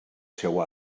seu